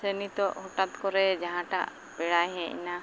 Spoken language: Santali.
ᱥᱮ ᱱᱤᱛᱚᱜ ᱦᱚᱴᱟᱛ ᱠᱚᱨᱮ ᱡᱟᱦᱟᱸᱴᱟᱜ ᱯᱮᱲᱟᱭ ᱦᱮᱡᱱᱟ